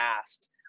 asked